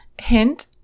Hint